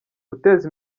guteza